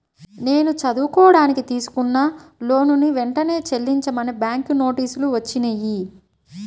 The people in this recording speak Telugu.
నేను చదువుకోడానికి తీసుకున్న లోనుని వెంటనే చెల్లించమని బ్యాంకు నోటీసులు వచ్చినియ్యి